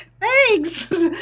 Thanks